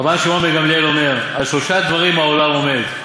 רבן שמעון בן גמליאל אומר: על שלושה דברים העולם עומד,